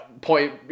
Point